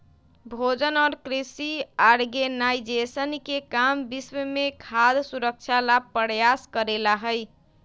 भोजन और कृषि ऑर्गेनाइजेशन के काम विश्व में खाद्य सुरक्षा ला प्रयास करे ला हई